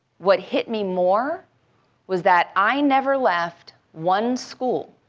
what hit me more was that i never left one school